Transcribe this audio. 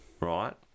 right